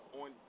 on